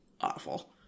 awful